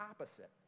opposite